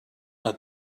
but